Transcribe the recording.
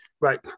Right